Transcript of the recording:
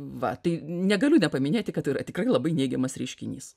va tai negaliu nepaminėti kad tai yra tikrai labai neigiamas reiškinys